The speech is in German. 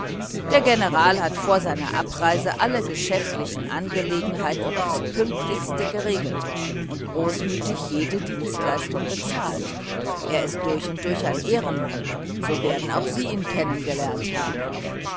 der general hat vor seiner abreise alle geschäftlichen angelegenheiten aufs pünktlichste geregelt und großmütig jede dienstleistung bezahlt er ist durch und durch ein ehrenmann so werden auch sie ihn kennen gelernt haben